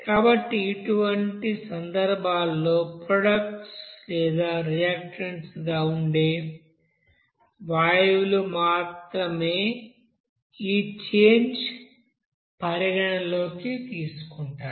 కాబట్టి ఇటువంటి సందర్భాల్లో ప్రొడక్ట్స్ లేదా రియాక్టన్స్ గా ఉండే వాయువులు మాత్రమే ఈ చేంజ్ పరిగణనలోకి తీసుకుంటాయి